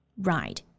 Right